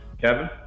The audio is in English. Kevin